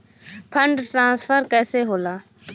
Fund transfer कैसे होला?